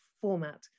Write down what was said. format